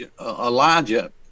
Elijah